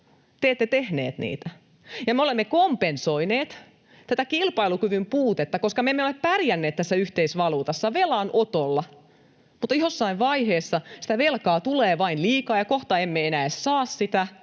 Te ette tehneet niitä. Me olemme kompensoineet tätä kilpailukyvyn puutetta, koska me emme ole pärjänneet tässä yhteisvaluutassa velanotolla, mutta jossain vaiheessa sitä velkaa tulee vain liikaa, ja kohta emme enää saa sitä,